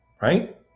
right